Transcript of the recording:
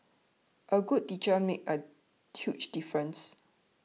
a good teacher makes a huge difference